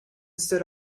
stood